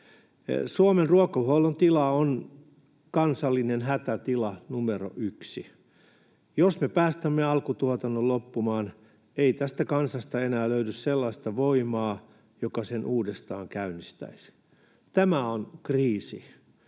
Suomen ruokahuollon tila on kansallinen hätätila numero yksi. Jos me päästämme alkutuotannon loppumaan, ei tästä kansasta enää löydy sellaista voimaa, joka sen uudestaan käynnistäisi. Tämä on kriisi.